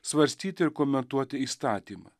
svarstyti ir komentuoti įstatymą